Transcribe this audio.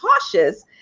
cautious